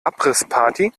abrissparty